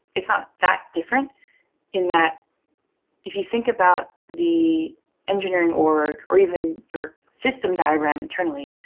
it's not that different in that if you think about the engineering org, or even your system diagram internally,